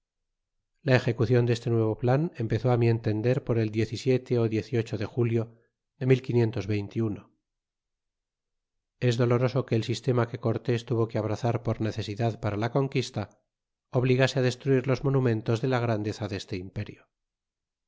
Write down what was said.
la ejecuciou de este nuevo plan empezó mi entender por el diez y siete diez y ocho de julio de es doloroso que el sistema que cortes tuvo que abrazar por neceidail para la conquista obligase destruir los monumentos de la grandeza de este imperio